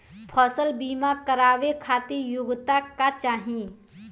फसल बीमा करावे खातिर योग्यता का चाही?